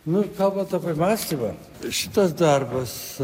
na kalbant apie mąstymą šitas darbas